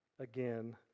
again